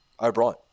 O'Brien